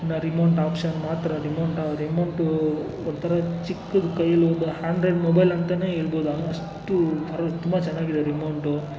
ಇನ್ನೂ remote option ಮಾತ್ರ remote ಆ ರಿಮೋಟು ಒಂಥರ ಚಿಕ್ಕದು ಕೈಯ್ಯಲ್ಲಿ ಒಂದು ಹ್ಯಾಂಡ್ರೊಯ್ಡ್ ಮೊಬೈಲ್ ಅಂತಲೇ ಹೇಳ್ಬೋದು ಅನ್ನೋಷ್ಟು ಅದ್ರಲ್ಲಿ ತುಂಬ ಚೆನ್ನಾಗಿದೆ ರಿಮೋಟು